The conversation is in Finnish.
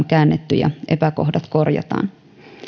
käännetty ja epäkohdat korjataan